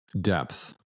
Depth